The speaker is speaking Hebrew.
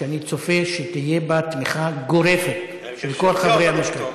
שאני צופה שתהיה בה תמיכה גורפת של כל חברי המשכן.